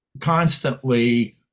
constantly